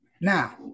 Now